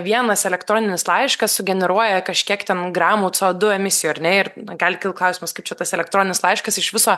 vienas elektroninis laiškas sugeneruoja kažkiek ten gramų co du emisijų ar ne ir gali kilt klausimas kaip čia tas elektroninis laiškas iš viso